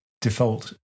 default